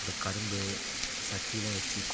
இந்த கரும்பு சட்டிலாம் வச்சி கோ